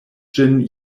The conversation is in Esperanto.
ĝin